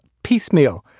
piecemeal,